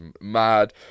mad